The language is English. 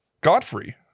Godfrey